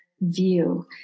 view